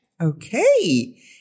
Okay